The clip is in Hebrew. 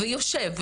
יושב,